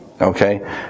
Okay